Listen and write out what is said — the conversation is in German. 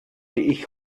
ich